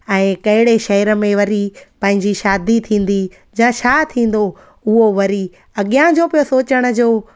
ऐं कहिड़े शहर में वरी पंहिंजी शादी थींदी जा छा थींदो उहो वरी अॻियां जो पियो सोचण जो